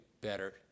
better